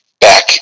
back